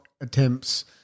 attempts